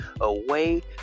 away